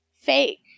fake